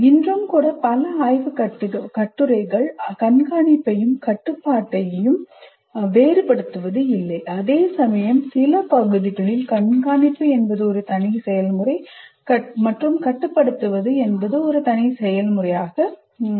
இன்றும் கூட பல ஆய்வுக் கட்டுரைகள் கண்காணிப்பையும் கட்டுப்பாட்டையும் வேறு படுத்துவது இல்லை அதேசமயம் சில பகுதிகளில் கண்காணிப்பு என்பது ஒரு தனி செயல்முறையாகும் மற்றும் கட்டுப்படுத்துவது என்பது ஒரு தனி செயல்முறையாகும்